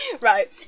Right